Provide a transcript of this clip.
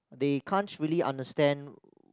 they can't really understand